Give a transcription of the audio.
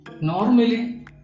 Normally